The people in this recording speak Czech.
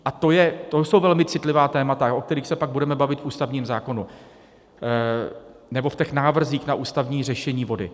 A to jsou velmi citlivá témata, o kterých se pak budeme bavit v ústavním zákonu nebo v návrzích na ústavní řešení vody.